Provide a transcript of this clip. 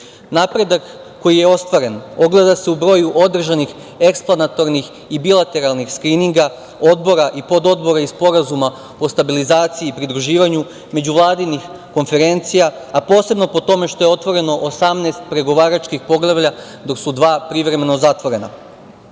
EU.Napredak koji je ostvaren ogleda se u broju održanih eksponatornih i bilateralnih skrininga, odbora i pododbora i sporazuma o stabilizaciji i pridruživanju, međuvladinih konferenicja, a posebno po tome što je otvoreno 18 pregovaračkih poglavlja, dok su dva privremeno zatvorena. Kada